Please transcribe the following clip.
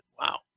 wow